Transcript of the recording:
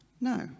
No